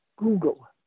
Google